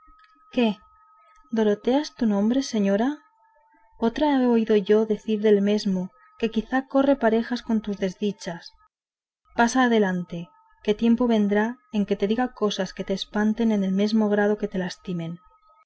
dorotea es tu nombre señora otra he oído yo decir del mesmo que quizá corre parejas con tus desdichas pasa adelante que tiempo vendrá en que te diga cosas que te espanten en el mesmo grado que te lastimen